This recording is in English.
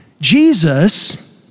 Jesus